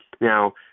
now